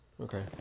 Okay